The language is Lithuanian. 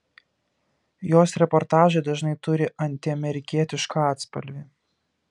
jos reportažai dažnai turi antiamerikietišką atspalvį